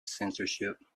censorship